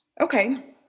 Okay